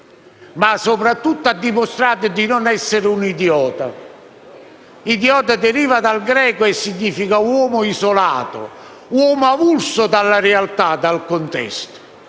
soprattutto però ha dimostrato di non essere un idiota. Idiota deriva dal greco e significa uomo isolato, uomo avulso dalla realtà, dal contesto;